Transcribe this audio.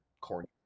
corny